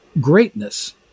greatness